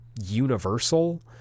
universal